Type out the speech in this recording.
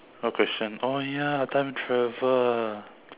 what question oh ya time travel